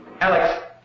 Alex